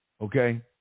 okay